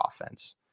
offense